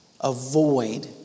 avoid